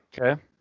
Okay